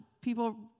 people